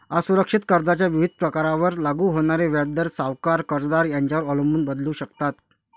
असुरक्षित कर्जाच्या विविध प्रकारांवर लागू होणारे व्याजदर सावकार, कर्जदार यांच्यावर अवलंबून बदलू शकतात